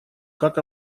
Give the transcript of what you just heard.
как